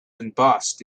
embossed